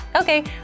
Okay